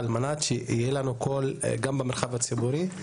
על מנת שיהיה לנו קול גם במרחב הציבורי,